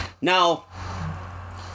Now